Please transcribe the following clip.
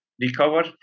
recover